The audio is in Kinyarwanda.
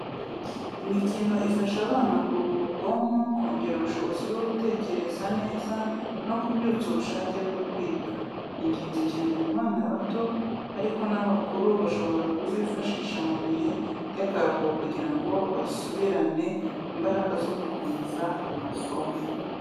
Imikino ifasha abana mu kuruhura ubwonko, kongera ubushobozi bwo gutekereza neza, no kubyutsa ubushake bwo kwiga. Ni ingenzi cyane ku bana bato, ariko n’abakuru bashobora kuzifashisha mu bihe by’akaruhuko kugira ngo basubirane imbaraga zo gukomeza amasomo.